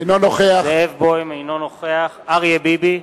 אינו נוכח אריה ביבי,